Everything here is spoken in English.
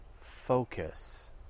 Focus